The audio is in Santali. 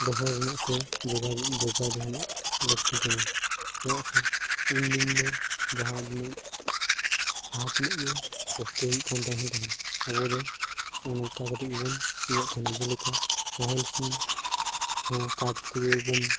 ᱫᱚᱦᱚ ᱨᱮᱱᱟᱜ ᱥᱮ ᱡᱳᱜᱟᱣ ᱡᱳᱜᱟᱣ ᱫᱚᱦᱚ ᱨᱮᱱᱟᱜ ᱞᱟᱹᱠᱛᱤ ᱠᱟᱱᱟ ᱪᱮᱫᱟᱜ ᱥᱮ ᱩᱱᱫᱤᱱ ᱫᱚ ᱡᱟᱦᱟᱸ ᱛᱤᱱᱟᱹᱜ ᱡᱟᱦᱟᱸ ᱛᱤᱱᱟᱹᱜ ᱜᱮ ᱠᱚᱥᱴᱚ ᱦᱩᱭᱩᱜ ᱠᱟᱱ ᱛᱟᱦᱮᱱ ᱨᱮᱦᱚᱸ ᱟᱵᱚᱫᱚ ᱚᱱᱠᱟ ᱠᱟᱛᱮ ᱜᱮᱵᱚᱱ ᱤᱭᱟᱹᱭᱮᱫ ᱛᱟᱦᱮᱱᱟ ᱡᱮᱞᱮᱠᱟ ᱱᱟᱦᱮᱞ ᱥᱤ ᱦᱚᱸ ᱠᱟᱴ ᱛᱮᱜᱮ ᱵᱚᱱ